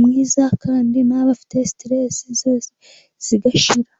mwiza kandi n'ababa bafite siterese zose zigashira.